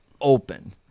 open